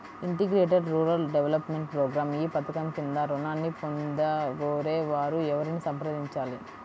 Integrated rural development programme ఈ పధకం క్రింద ఋణాన్ని పొందగోరే వారు ఎవరిని సంప్రదించాలి?